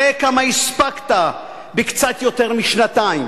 ראה כמה הספקת בקצת יותר משנתיים: